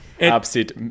absit